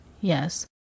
Yes